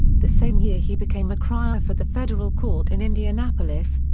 the same year he became a crier for the federal court in indianapolis,